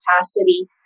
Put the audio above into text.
capacity